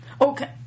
Okay